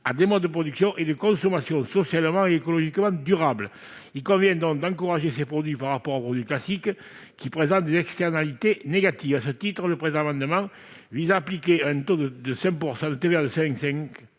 à des modes de production et de consommation socialement et écologiquement durables. Il convient donc d'encourager ces produits par rapport aux produits classiques, qui présentent des externalités négatives. À ce titre, cet amendement vise à appliquer un taux réduit de TVA de 5,5